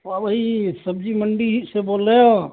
ہاں بھئی سبزی منڈی سے بول رہے ہو